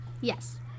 yes